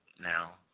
now